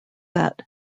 that